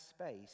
space